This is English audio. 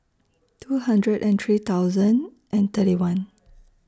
two hundred and three thousand and thirty one